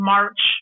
March